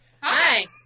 Hi